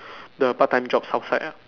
the part time jobs outside lah